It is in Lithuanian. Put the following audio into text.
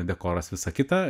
dekoras visa kita